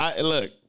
Look